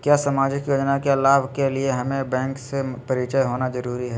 क्या सामाजिक योजना के लाभ के लिए हमें बैंक से परिचय होना जरूरी है?